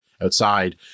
outside